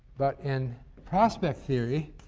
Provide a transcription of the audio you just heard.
but in prospect theory,